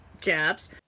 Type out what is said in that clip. jabs